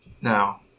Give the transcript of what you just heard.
Now